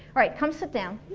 alright, come sit down.